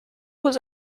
was